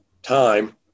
time